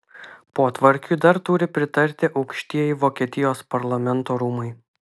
potvarkiui dar turi pritarti aukštieji vokietijos parlamento rūmai